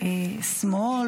של השמאל